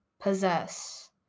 possess